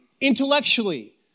intellectually